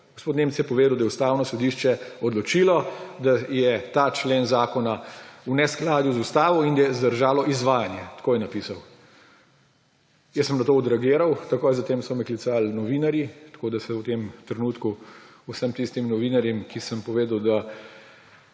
Gospod Nemec je povedal, da je Ustavno sodišče odločilo, da je ta člen zakona v neskladju z ustavo in da je zadržalo izvajanje. Tako je napisal. Jaz sem na to odreagiral. Takoj zatem so me klicali novinarji, tako da se v tem trenutku vsem tistim novinarjem, katerim sem rekel pač, da